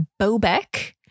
Bobek